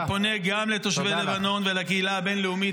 ואני פונה גם לתושבי לבנון ולקהילה הביו-לאומית,